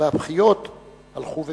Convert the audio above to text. והבכיות הלכו וגברו.